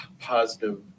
positive